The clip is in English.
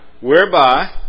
whereby